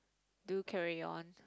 do carry on